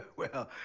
well,